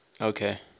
Okay